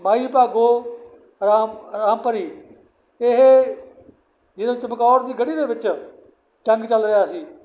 ਮਾਈ ਭਾਗੋ ਰਾਮ ਰਾਮ ਭਰੀ ਇਹ ਜਿਵੇਂ ਚਮਕੌਰ ਦੀ ਗੜੀ ਦੇ ਵਿੱਚ ਜੰਗ ਚੱਲ ਰਿਹਾ ਸੀ